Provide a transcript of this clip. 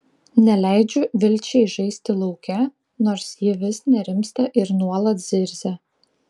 neleidžiu vilčiai žaisti lauke nors ji vis nerimsta ir nuolat zirzia